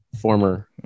Former